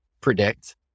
predict